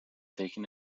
taken